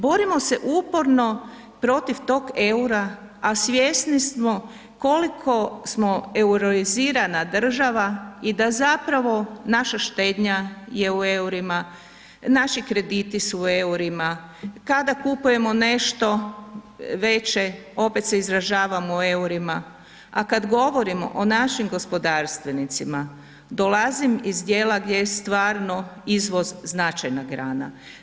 Borimo se uporno protiv tog EUR-a, a svjesni smo koliko smo euroizirana država i da zapravo naša štednja je u EUR-ima, naši krediti su u EUR-ima, kada kupujemo nešto veće opet se izražavamo u EUR-ima, a kad govorimo o našim gospodarstvenicima dolazim iz dijela gdje je stvarno izvoz značajna grana.